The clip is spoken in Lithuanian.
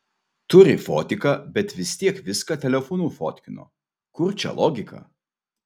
turi fotiką bet vis tiek viską telefonu fotkino kur čia logika